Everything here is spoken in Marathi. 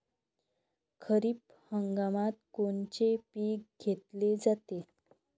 खरिप हंगामात कोनचे पिकं घेतले जाते?